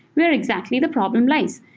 where exactly the problem lies?